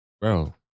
Bro